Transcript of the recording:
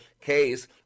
case